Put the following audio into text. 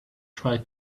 try